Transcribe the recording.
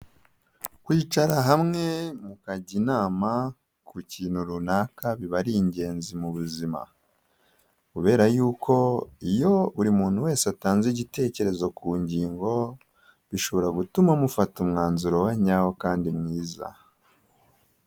Kwicara hamwe mukajya inama ku kintu runaka biba ari ingenzi mu buzima, kubera y'uko iyo buri muntu wese atanze igitekerezo ku ngingo bishobora gutuma mufata umwanzuro wa nyawo kandi mwiza.